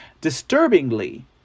Disturbingly